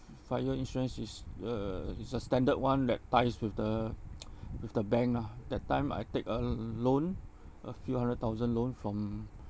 fire insurance is the it's a standard one that ties with the with the bank ah that time I take a loan a few hundred thousand loan from